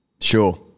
sure